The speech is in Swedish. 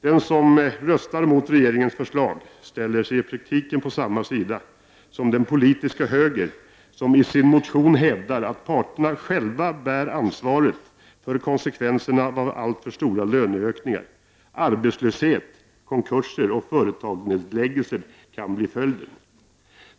Den som röstar mot regeringens förslag ställer sig i praktiken på samma sida som den politiska högern, som i sin motion hävdar att parterna ”själva bär ansvaret för konsekvenserna av alltför stora löneökningar — arbetslöshet, konkurser och företagsnedläggelser kan bli följden”.